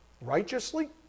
righteously